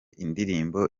indirimbo